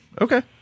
Okay